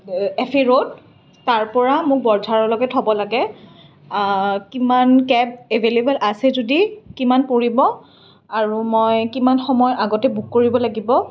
ৱে এফ ই ৰোড তাৰ পৰা মোক বৰঝাৰলৈকে থ'ব লাগে কিমান কেব এভেইলেভল আছে যদি কিমান পৰিব আৰু মই কিমান সময় আগতে বুক কৰিব লাগিব